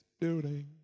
building